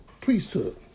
priesthood